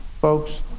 folks